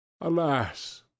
Alas